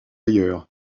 ailleurs